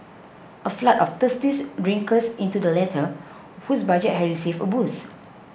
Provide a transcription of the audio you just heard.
a flood of thirsty drinkers into the latter whose budget has received a boost